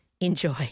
enjoy